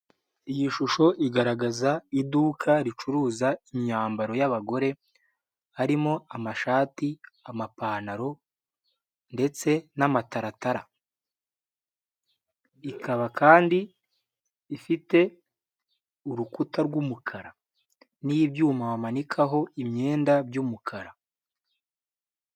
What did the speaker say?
Iyi shusho igaragaza iduka ricuruza imyambaro y'abagore harimo amashati ,amapantaro ndetse n'amataratara .Ikaba kandi ifite urukuta rw'umukara n'ibyuma bamanikaho imyenda by'umukara.